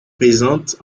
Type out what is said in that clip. présente